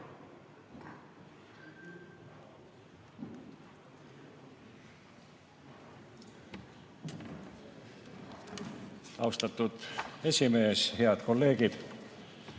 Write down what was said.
Austatud esimees! Head kolleegid!